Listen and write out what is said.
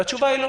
והתשובה היא לא.